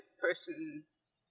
person's